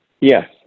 Yes